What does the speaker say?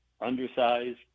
undersized